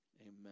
amen